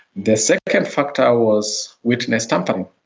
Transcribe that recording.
the second factor was witness tampering.